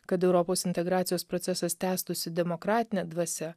kad europos integracijos procesas tęstųsi demokratine dvasia